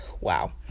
wow